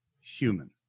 human